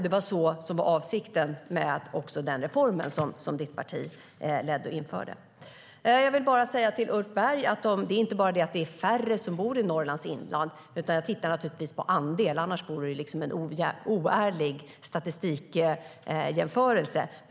Det var också det som var avsikten med den reform ditt parti ledde och genomförde, Maria Malmer Stenergard. Till Ulf Berg vill jag säga att det inte bara handlar om att det är färre som bor i Norrlands inland. Jag tittar naturligtvis på andel; annars vore det ju en oärlig statistikjämförelse.